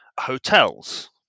hotels